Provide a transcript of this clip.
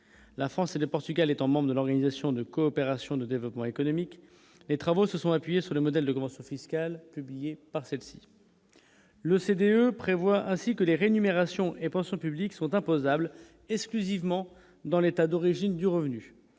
la France et le Portugal étant membre de l'Organisation de coopération de développement économique, les travaux se sont appuyés sur le modèle de grand saut fiscale publié par celle-ci, l'OCDE prévoit ainsi que les re-numération et pensions publiques sont imposables est-ce que Zeev ment dans l'état d'origine du revenu